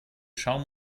schaum